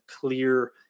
clear